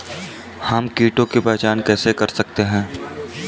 हम कीटों की पहचान कैसे कर सकते हैं?